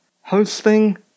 hosting